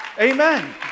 Amen